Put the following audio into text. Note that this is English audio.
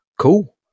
cool